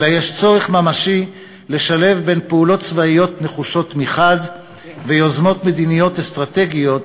אלא יש צורך ממשי לשלב פעולות צבאיות נחושות ויוזמות מדיניות אסטרטגיות